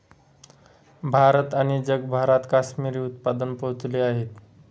भारत आणि जगभरात काश्मिरी उत्पादन पोहोचले आहेत